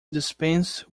dispense